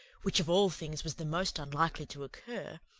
which of all things was the most unlikely to occur,